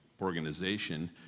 organization